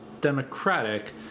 Democratic